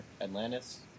Atlantis